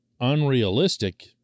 unrealistic